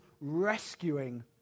rescuing